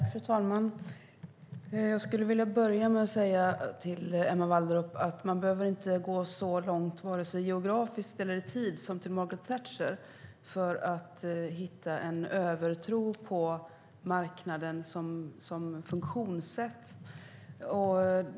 Fru talman! Jag skulle vilja börja med att säga till Emma Wallrup att man inte behöver gå så långt vare sig geografiskt eller i tid som till Margaret Thatcher för att hitta en övertro på marknaden som funktionssätt.